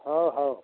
हो हो